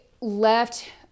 left